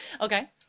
Okay